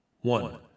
one